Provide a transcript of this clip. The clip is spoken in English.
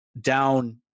down